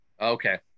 Okay